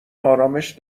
آرامش